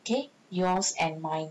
okay yours and mine